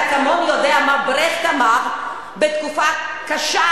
ואתה כמוני יודע מה אמר ברכט בתקופה קשה,